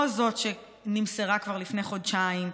לא זאת שנמסרה כבר לפני חודשיים,